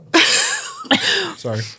Sorry